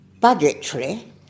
budgetary